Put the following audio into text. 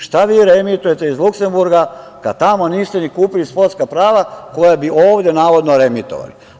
Šta vi reemitujete iz Luksemburga kada tamo niste ni kupili sportska prava koja bi ovde navodno reemitovali.